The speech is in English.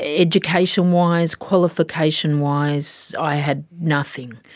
education wise, qualification wise, i had nothing.